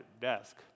desk